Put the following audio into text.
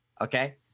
okay